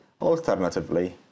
alternatively